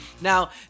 Now